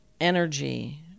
energy